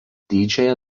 didžiąją